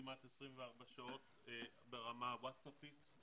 כמעט 24 שעות ברמה ווטסאפית,